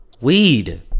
weed